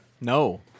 No